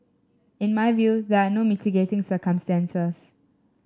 in my view there are no mitigating circumstances